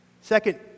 Second